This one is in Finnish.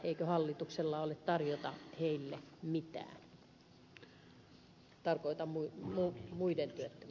eikö hallituksella ole tarjota heille mitään